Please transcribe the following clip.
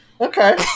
Okay